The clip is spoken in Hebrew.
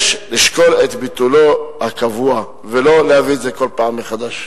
יש לשקול את ביטולו הקבוע ולא להביא את זה כל פעם מחדש.